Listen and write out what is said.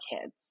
kids